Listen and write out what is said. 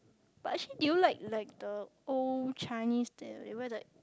but actually do you like like the old Chinese the remember the